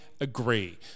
agree